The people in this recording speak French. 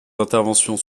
interventions